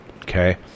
Okay